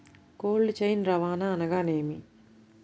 Cold chain రవాణా అనగా నేమి?